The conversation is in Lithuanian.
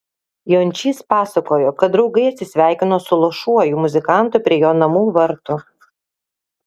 jončys pasakojo kad draugai atsisveikino su luošuoju muzikantu prie jo namų vartų